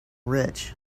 rich